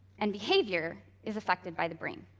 and behavior is affected by the brain,